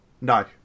No